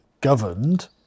governed